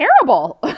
terrible